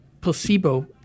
placebo